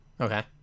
Okay